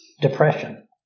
depression